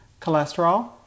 Cholesterol